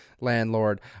landlord